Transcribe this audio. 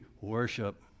worship